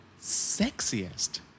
sexiest